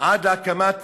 עד להקמת